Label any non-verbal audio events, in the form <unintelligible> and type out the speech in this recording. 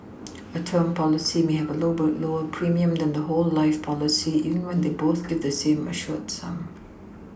a term policy may have a <unintelligible> lower premium than a whole life policy even when they both give the same assured sum